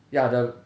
ya the